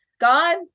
God